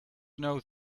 know